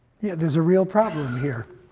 yeah, there's a real problem here.